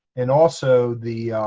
and also the